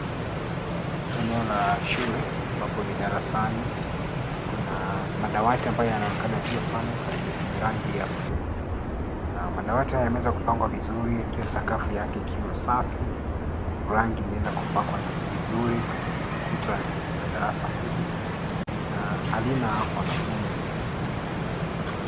Eneo la shule ambapo ni darasani. Kuna madawati ambayo yanayoonekana pale ya rangi ya buluu. Madawati haya yameweza kupangwa vizuri. Sakafu ya darasa ni Safi. Rangi imeweza kupakwa vizuri kwenye kuta za darasa hili na halina wanafunzi.